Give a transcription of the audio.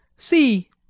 see!